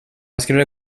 escriure